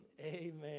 Amen